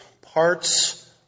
parts